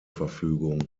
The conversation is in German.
verfügung